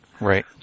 Right